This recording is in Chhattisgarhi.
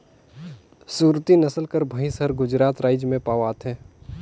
सुरती नसल कर भंइस हर गुजरात राएज में पवाथे